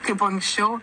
kaip anksčiau